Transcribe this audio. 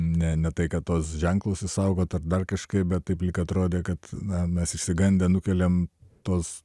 ne ne tai kad tuos ženklus išsaugot ar dar kažkaip bet taip lyg atrodė kad na mes išsigandę nukeliam tuos